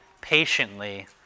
patiently